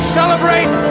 celebrate